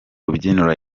rubyiniro